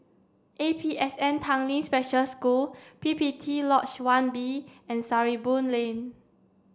A P S N Tanglin Special School P P T Lodge one B and Sarimbun Lane